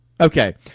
Okay